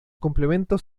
complemento